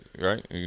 right